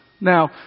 Now